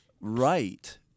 right